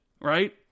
right